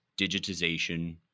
digitization